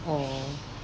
or